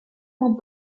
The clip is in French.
moins